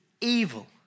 evil